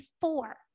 four